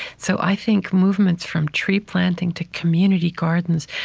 so i think movements from tree planting to community gardens,